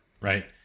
right